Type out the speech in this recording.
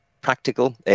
Practical